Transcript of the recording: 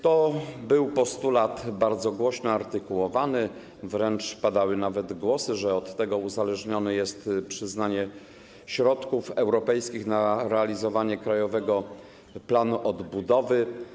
To był postulat bardzo głośno artykułowany, wręcz padały nawet głosy, że od tego uzależnione jest przyznanie środków europejskich na realizowanie Krajowego Planu Odbudowy.